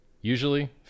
Usually